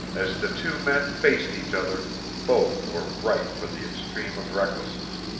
as the two men faced each other both were ripe for the extreme of recklessness.